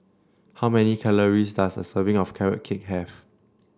how many calories does a serving of Carrot Cake have